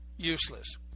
Useless